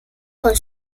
con